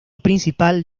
principal